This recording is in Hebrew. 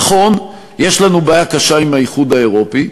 נכון, יש לנו בעיה קשה עם האיחוד האירופי.